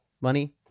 money